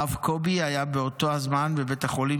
האב קובי היה באותו הזמן בבית החולים